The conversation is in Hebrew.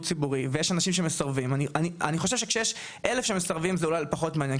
ציבורי ויש אנשים שמסרבים אני חושב שיש אלף שמסרבים זה אולי פחות מעניין,